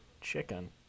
chicken